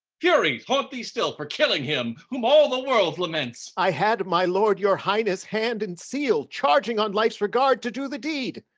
furies haunt thee still, for killing him whom all the world laments. i had my lord your highness' hand and seal, charging on life's regard to do the deed.